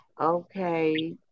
okay